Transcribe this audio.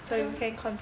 mm